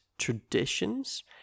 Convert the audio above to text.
traditions